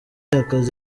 akazi